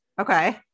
Okay